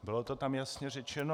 Bylo to tam jasně řečeno.